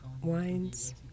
wines